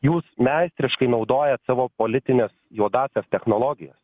jūs meistriškai naudojat savo politines juodąsias technologijas